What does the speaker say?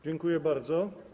Dziękuję bardzo.